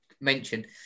mentioned